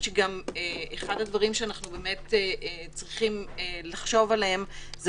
אחד הדברים שאנחנו באמת צריכים לחשוב עליהם זה